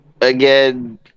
Again